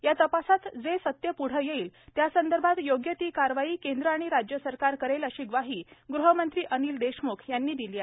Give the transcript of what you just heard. या तपासात जे सत्य पूढे येईल त्यासंदर्भात योग्य ती कारवाई केंद्र आणि राज्य सरकार करेल अशी ग्वाही ग़हमंत्री अनिल देशम्ख यांनी दिली आहे